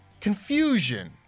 confusion